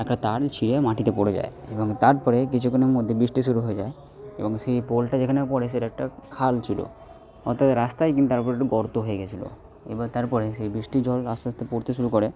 একটা তার ছিঁড়ে মাটিতে পড়ে যায় এবং তার পরে কিছুক্ষণের মধ্যে বৃষ্টি শুরু হয়ে যায় এবং সেই পোলটা যেখানে পড়ে সেটা একটা খাল ছিল অর্থাৎ রাস্তায় কিন্তু তার উপরে একটু গর্ত হয়ে গিয়েছিল এবার তারপরে সেই বৃষ্টির জল আস্তে আস্তে পড়তে শুরু করে